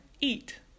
eat